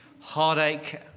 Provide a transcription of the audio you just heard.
heartache